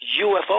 UFO